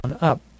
up